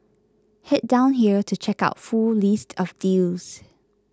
head down here to check out full list of deals